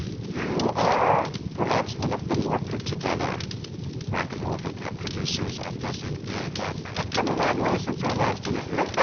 you are, perhaps, one of the more put-together rock n and roll hip-hop producers, i'm guessing, in that. i've come a long way since our last interview